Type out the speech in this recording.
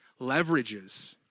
leverages